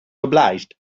obliged